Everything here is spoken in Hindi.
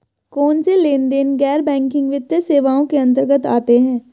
कौनसे लेनदेन गैर बैंकिंग वित्तीय सेवाओं के अंतर्गत आते हैं?